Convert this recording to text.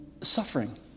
suffering